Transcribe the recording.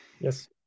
Yes